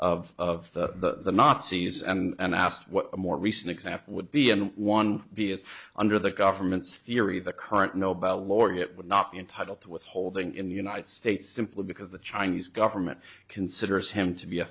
of the nazis and asked what a more recent example would be and one b is under the government's theory the current nobel laureate would not be entitled to withholding in the united states simply because the chinese government considers him to be a